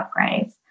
upgrades